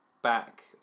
Back